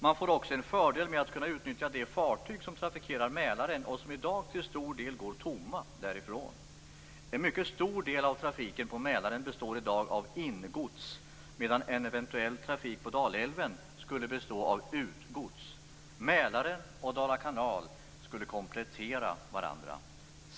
Man får också fördelen att kunna utnyttja de fartyg som trafikerar Mälaren och som i dag till stor del går tomma därifrån. En mycket stor del av trafiken på Mälaren består i dag av ingods, medan en eventuell trafik på Dalälven skulle bestå av utgods. Mälaren och Dala kanal skulle komplettera varandra.